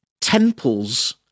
temples